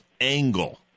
angle